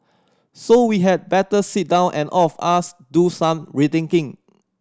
so we had better sit down and all of us do some rethinking